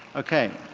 ok,